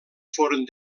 foren